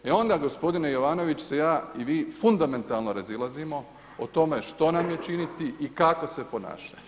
E onda gospodine Jovanović se ja i vi fundamentalno razilazimo o tome što nam je činiti i kako se ponašati.